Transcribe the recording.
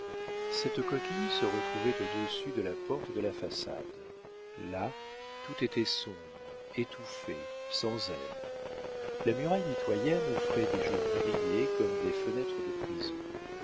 cette coquille se retrouvait au-dessus de la porte de la façade là tout était sombre étouffé sans air la muraille mitoyenne offrait des jours grillés comme des fenêtres de prison